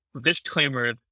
disclaimer